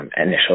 initial